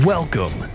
Welcome